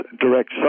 direct